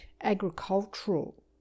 agricultural